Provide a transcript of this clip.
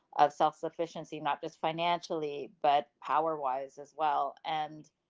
of self sufficiency, not just financially, but how are wise as well and.